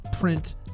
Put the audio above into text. print